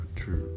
true